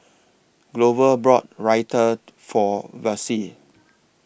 Glover brought Raita For Vassie